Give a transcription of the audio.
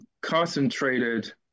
concentrated